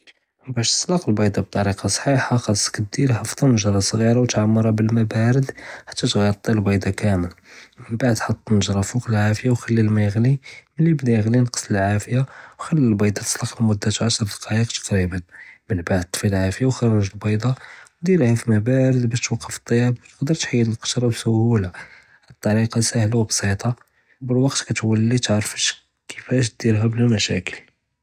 בּאש תְסַלֶקּ אלבּיּדָה בּטָרִיקָה צָחִיחָה חְסָכּ דִירְהָא פִּטָנגֶ'רָה צְגִ'ירָה וּתְעַמְרְהָא בַּלְמָא בָּארֶד חְתָא תְגַטִי אלבּיּדָה כָּאמֶל, מִמבַּעְד חְט אלטָנגֶ'רָה פוּקּ אלעָאפְיָה וּחְלִי אלמָא יִגְ'לִי, מִלִי יִבְדָא יִגְ'לִי נְקְּס לִלעָאפְיָה וּחְלִי אלבּיּדָה תְתְסַלֶקּ לִמֻדַת עַשְׁר דְּקָאיֶקּ תַּקְרִיבָּאן, מִנְבַּעְד טְפִי אלעָאפְיָה וּחְרְג אלבּיּדָה וּדִירְהָא פִּלמָא בָּארֶד בּאש תְוַקְּף אלטְּיַאבּ וּתְקְדֶר תְחִיד אלקִּשְרָה בִּסהוּלָה, האד אלטָּרִיקָה סָאהְלָה וּבּסִיטָה וּבּאלוּקּת כּתְוַלִי תְעַרְף כִּיפאש תְדִירְהָא בְּלָא משַׁאקִּל.